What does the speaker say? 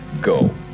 Go